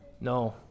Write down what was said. No